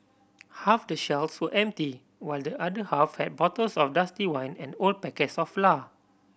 half the shelves were empty while the other half had bottles of dusty wine and old packets of flour